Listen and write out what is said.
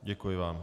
Děkuji vám.